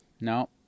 No